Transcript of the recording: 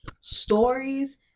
stories